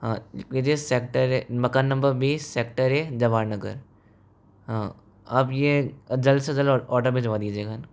हाँ Vijay sector A मकान number बीस सेक्टर ए जवान नगर आप ये जल्द से जल्द ऑर्डर भिजवा दीजिए